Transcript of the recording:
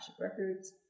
Records